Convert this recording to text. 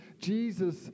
Jesus